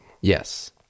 yes